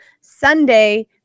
Sunday